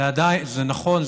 זה נכון,